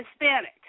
Hispanic